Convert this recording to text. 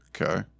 okay